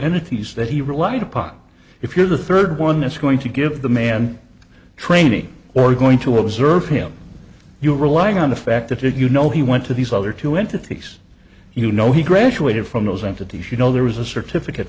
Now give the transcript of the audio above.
entities that he relied upon if you're the third one that's going to give the man training or going to observe him you're relying on the fact that if you know he went to these other two entities you know he graduated from those entities you know there was a certificate